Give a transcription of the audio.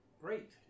Great